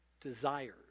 desires